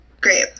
Great